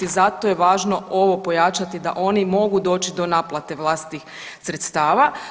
Zato je važno ovo pojačati da oni mogu doći do naplate vlastitih sredstava.